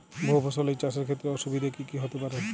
বহু ফসলী চাষ এর ক্ষেত্রে অসুবিধে কী কী হতে পারে?